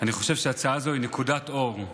אני חושב שהצעה זו היא נקודת אור.